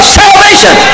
salvation